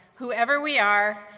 whoever we are,